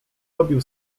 robił